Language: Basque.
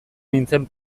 nintzen